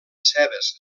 cebes